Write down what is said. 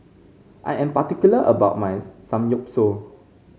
I am particular about my Samgyeopsal